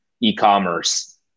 e-commerce